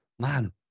man